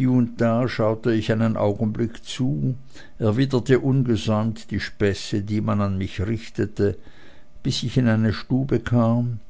und da schaute ich einen augenblick zu erwiderte ungesäumt die späße die man an mich richtete bis ich in eine stube kam